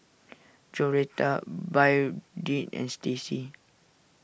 Joretta Byrdie and Stacy